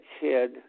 kid